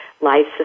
life